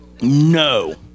No